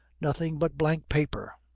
nothing but blank paper!